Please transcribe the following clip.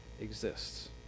exists